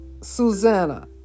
Susanna